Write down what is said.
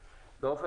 ראשון.